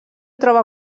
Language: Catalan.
troba